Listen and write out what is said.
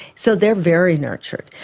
so they're very nurtured.